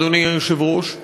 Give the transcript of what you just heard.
אדוני היושב-ראש,